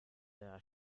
der